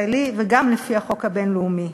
גם לפי החוק הישראלי וגם לפי החוק הבין-לאומי.